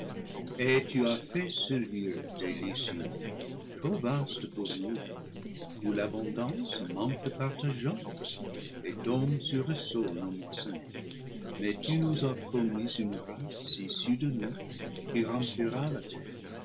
et tu as fait ce lieu délicieux trop vaste pour nous où l'abondance manque de partageants et tombe sur le sol non moissonnée mais tu nous a promis une race issue de nous qui remplira la terre